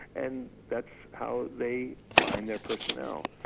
and that's how they find their personnel.